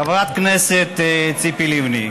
חברת הכנסת ציפי לבני,